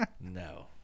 No